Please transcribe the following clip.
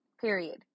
period